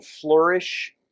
flourish